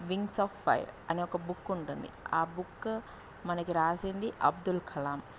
wings of fire అనే ఒక book ఉంటుంది ఆ బుక్ మనకి రాసింది అబ్దుల్ కలాం